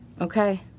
Okay